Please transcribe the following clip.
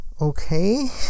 okay